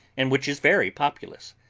and which is very populous,